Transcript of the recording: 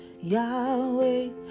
Yahweh